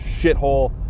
shithole